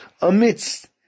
amidst